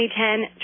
2010